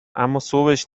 اماصبش